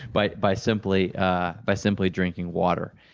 but by simply ah by simply drinking water.